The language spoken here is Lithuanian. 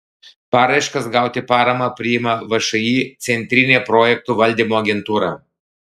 paraiškas gauti paramą priima všį centrinė projektų valdymo agentūra